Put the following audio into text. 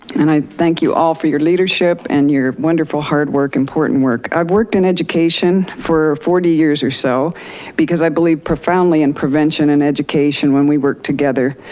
and i thank you all for your leadership and your wonderful hard work and important work. i've worked in education for forty years or so because i believe profoundly in prevention and education when we work together.